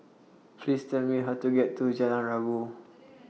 Please Tell Me How to get to Jalan Rabu